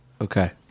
okay